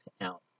out